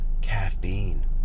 caffeine